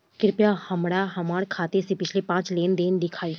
कृपया हमरा हमार खाते से पिछले पांच लेन देन दिखाइ